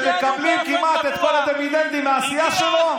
שמקבלים כמעט את כל הדיבידנדים מהעשייה שלו,